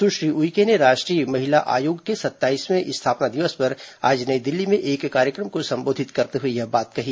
सुश्री उइके ने राष्ट्रीय महिला आयोग के सत्ताईसवें स्थापना दिवस पर आज नई दिल्ली में एक कार्यक्रम को संबोधित करते हुए यह बात कही